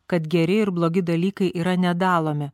kad geri ir blogi dalykai yra nedalomi